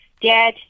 dad